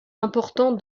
important